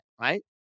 right